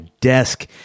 desk